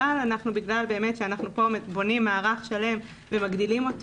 אבל בגלל שאנחנו בונים פה מערך שלם ומגדילים אותו